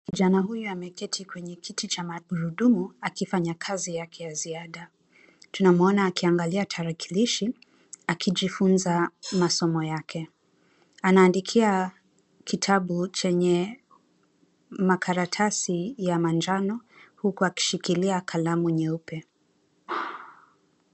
Kijana huyu ameketi kwenye kiti cha magurudumu akifanya kazi yake ya ziada. Tunamwona akiangalia tarakilishi akijifunza masomo yake. Anaandikia kitabu chenye makaratasi ya manjano huku akishikilia kalamu nyeupe.